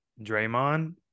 Draymond